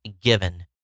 given